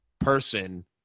person